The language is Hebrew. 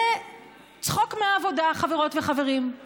זה צחוק מהעבודה, חברות וחברים.